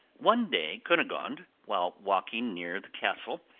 one day cunegonde, while walking near the castle,